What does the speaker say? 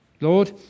Lord